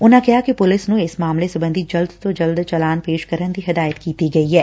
ਉਨਾਂ ਕਿਹਾ ਕਿ ਪੁਲਿਸ ਨੂੰ ਇਸ ਮਾਮਲੇ ਸਬੰਧੀ ਜਲਦ ਤੋਂ ਜਲਦ ਚਲਾਕ ਪੇਸ਼ ਕਰਨ ਦੀ ਹਦਾਇਤ ਕੀਤੀ ਗਈ ਐ